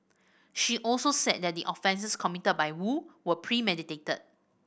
she also said that the offences committed by Woo were premeditated